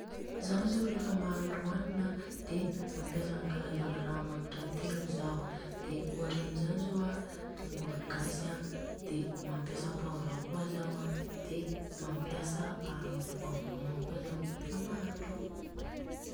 Zaho zô reva mahandro hanina de mampiasa karazagna ra magnitra telo zaho. De ohatra amizany zô de tongolo gasy an, de mampiasa poivre kôa zao, de mampiasa a pôavrogna reva kôa zaho reva mahandro.